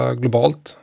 globalt